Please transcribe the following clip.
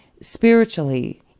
spiritually